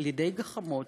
על-ידי גחמות,